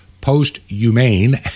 post-humane